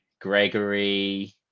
Gregory